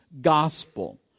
gospel